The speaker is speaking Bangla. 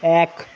এক